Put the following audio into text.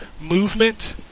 movement